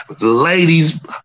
ladies